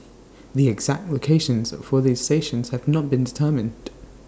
the exact locations for the stations have not been determined